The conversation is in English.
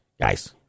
guys